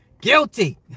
guilty